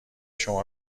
شما